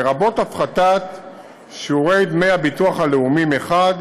לרבות הפחתת שיעורי דמי הביטוח הלאומי מחד